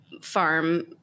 farm